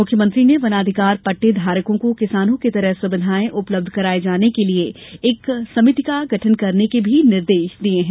मुख्यमंत्री ने वनाधिकार पट्टे धारकों को किसानों की तरह सुविघाएं उपलब्ध कराये जाने के लिए एक समिति का गठन करने के निर्देश दिये हैं